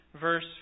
verse